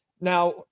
Now